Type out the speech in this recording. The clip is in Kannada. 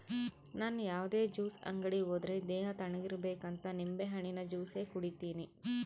ನನ್ ಯಾವುದೇ ಜ್ಯೂಸ್ ಅಂಗಡಿ ಹೋದ್ರೆ ದೇಹ ತಣ್ಣುಗಿರಬೇಕಂತ ನಿಂಬೆಹಣ್ಣಿನ ಜ್ಯೂಸೆ ಕುಡೀತೀನಿ